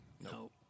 No